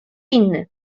inny